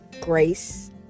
grace